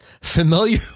Familiar